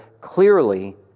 clearly